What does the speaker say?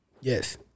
Yes